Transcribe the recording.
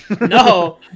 No